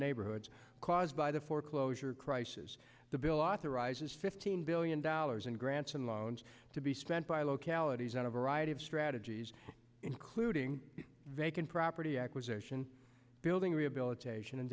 neighborhoods caused by the foreclosure crisis the bill authorizes fifteen billion dollars in grants and loans to be spent by localities on a variety of strategies including vacant property acquisition building rehabilitation and